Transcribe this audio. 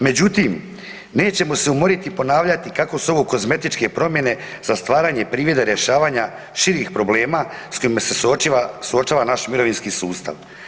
Međutim, nećemo se umoriti ponavljati kako su ovo kozmetičke promjene za stvaranje privida rješavanja širih problema s kojima se suočava naš mirovinski sustav.